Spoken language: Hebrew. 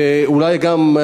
ואולי גם,